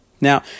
Now